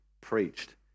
preached